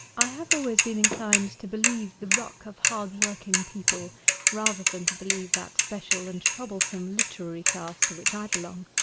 i have always been inclined to believe the ruck of hard-working people rather than to believe that special and troublesome literary class to which i belong.